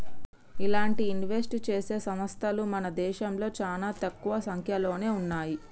ఇలాంటి ఇన్వెస్ట్ చేసే సంస్తలు మన దేశంలో చానా తక్కువ సంక్యలోనే ఉన్నయ్యి